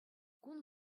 кун